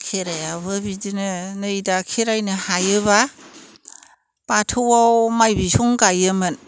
खेराइआवबो बिदिनो नै दा खेराइनो हायोबा बाथौआव माइ बिसं गायोमोन